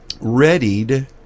readied